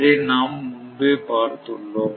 இதை நாம் முன்பே பார்த்துள்ளோம்